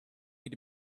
need